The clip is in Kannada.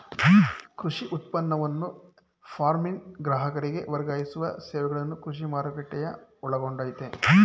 ಕೃಷಿ ಉತ್ಪನ್ನವನ್ನು ಫಾರ್ಮ್ನಿಂದ ಗ್ರಾಹಕರಿಗೆ ವರ್ಗಾಯಿಸುವ ಸೇವೆಗಳನ್ನು ಕೃಷಿ ಮಾರುಕಟ್ಟೆಯು ಒಳಗೊಂಡಯ್ತೇ